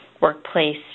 workplace